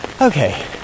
Okay